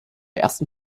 ersten